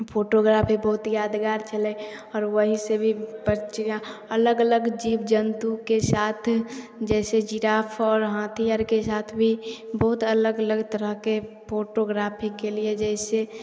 photography बहुत यादगार छलै आओर वहीँ से भी फट सिना अलग अलग जीव जन्तुके साथ जैसे जिराफ आओर हाथी आरके साथभी बहुत अलग अलग तरहके फोटोग्राफी केलियै जैसे